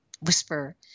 whisper